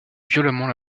violemment